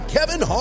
Kevin